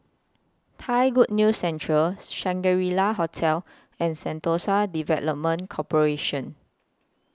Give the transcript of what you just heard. Thai Good News Centre Shangri La Hotel and Sentosa Development Corporation